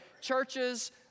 churches